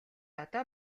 одоо